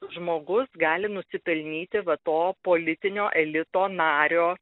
žmogus gali nusipelnyti va to politinio elito nario